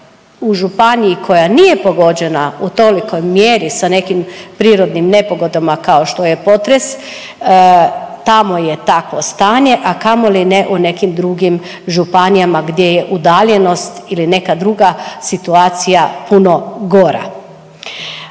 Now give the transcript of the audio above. u županiji koja nije pogođena u tolikoj mjeri sa nekim prirodnim nepogodama kao što je potres, tamo je takvo stanje, a kamoli u nekim drugim županijama gdje je udaljenost ili neka druga situacija puno gora.